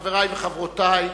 חברי וחברותי,